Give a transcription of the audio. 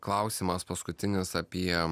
klausimas paskutinis apie